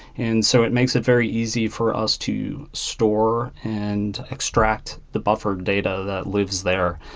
and so it makes it very easy for us to store and extract the buffered data that lives there.